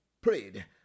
prayed